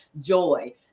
joy